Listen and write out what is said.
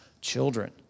children